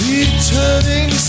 Returning